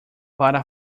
para